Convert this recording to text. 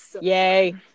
yay